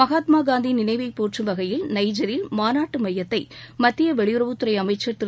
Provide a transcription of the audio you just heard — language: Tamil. மகாத்மா காந்தி நினைவைப் போற்றும் வகையில் நைஜரில் மாநாட்டு மையத்தை மத்திய வெளியுறவுத்தறை அமைச்சர் திரு